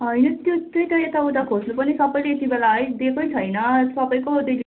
होइन त्यो त्यही त यता उता खोज्नु पनि सबैले यति बेला है दिएकै छैन सबैको